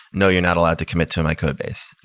no, you're not allowed to commit to my codebase.